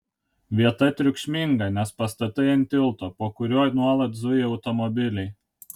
vieta triukšminga nes pastatai ant tilto po kuriuo nuolat zuja automobiliai